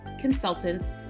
consultants